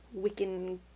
Wiccan